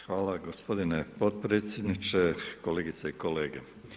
Hvala gospodine potpredsjedniče, kolegice i kolege.